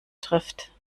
trifft